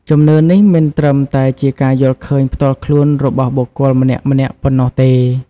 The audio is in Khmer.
ជំនឿនេះមិនត្រឹមតែជាការយល់ឃើញផ្ទាល់ខ្លួនរបស់បុគ្គលម្នាក់ៗប៉ុណ្ណោះទេ។